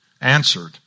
answered